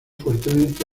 fuertemente